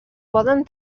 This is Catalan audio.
poden